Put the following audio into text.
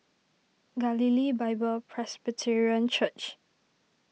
Galilee Bible Presbyterian Church